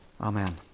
Amen